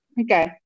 Okay